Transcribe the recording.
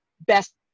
best